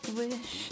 wish